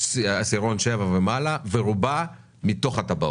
מעשירון 7 ומעלה ורובה מתוך הטבעות,